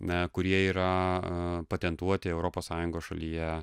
na kurie yra a patentuoti europos sąjungos šalyje